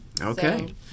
Okay